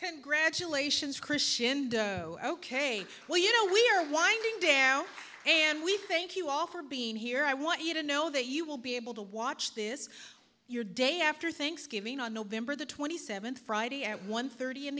congratulations christian oh ok well you know we are winding down and we thank you all for being here i want you to know that you will be able to watch this your day after thanksgiving on november the twenty seventh friday at one thirty in